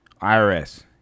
IRS